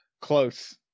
Close